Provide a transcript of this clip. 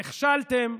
נכשלתם.